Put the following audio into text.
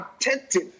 attentive